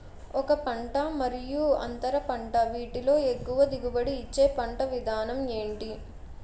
ఒక పంట మరియు అంతర పంట వీటిలో ఎక్కువ దిగుబడి ఇచ్చే పంట విధానం ఏంటి?